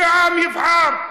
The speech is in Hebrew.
שהעם יבחר.